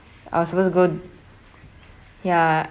I was suppose to go ya